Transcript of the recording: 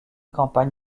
campagne